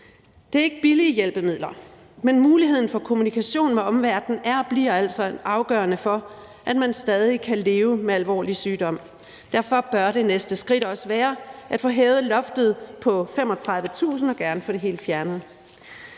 Det er ikke billige hjælpemidler, men muligheden for kommunikation med omverdenen er og bliver altså en afgørende faktor for, at man stadig kan leve med alvorlig sygdom. Derfor bør det næste skridt også være at få hævet loftet på 35.000 kr. og gerne at få det helt fjernet.